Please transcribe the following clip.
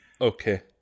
Okay